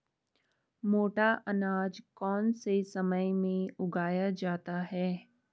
मोटा अनाज कौन से समय में उगाया जाता है?